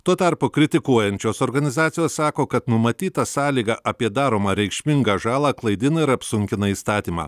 tuo tarpu kritikuojančios organizacijos sako kad numatyta sąlyga apie daromą reikšmingą žalą klaidina ir apsunkina įstatymą